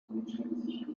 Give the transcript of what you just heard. die